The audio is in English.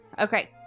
Okay